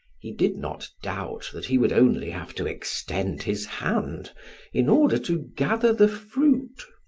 he did not doubt that he would only have to extend his hand in order to gather the fruit.